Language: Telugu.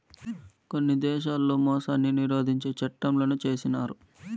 కొన్ని దేశాల్లో మోసాన్ని నిరోధించే చట్టంలను చేసినారు